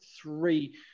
three